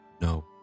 No